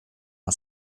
uno